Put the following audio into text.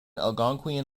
algonquian